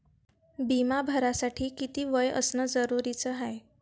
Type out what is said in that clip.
बिमा भरासाठी किती वय असनं जरुरीच हाय?